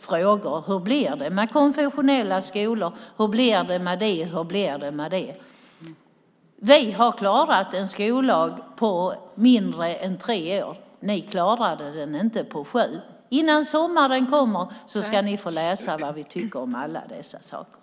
frågor om hur det blir med konfessionella skolor och andra frågor. Vi har klarat att få fram en skollag på mindre än tre år. Ni klarade det inte på sju år. Innan sommaren kommer ska ni få läsa vad vi tycker om alla dessa saker.